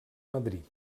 madrid